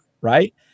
right